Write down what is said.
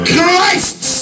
Christ